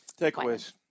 Takeaways